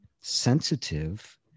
sensitive